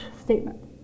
statement